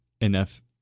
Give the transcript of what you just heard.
enough